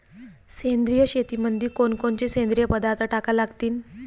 सेंद्रिय शेतीमंदी कोनकोनचे सेंद्रिय पदार्थ टाका लागतीन?